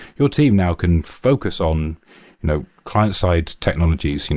your team now can focus on you know client-sides technologies,